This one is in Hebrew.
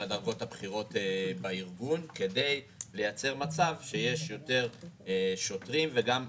של הדרגות הבכירות בארגון כדי לייצר מצב שיש יותר שוטרים וגם מפקדים,